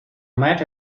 mad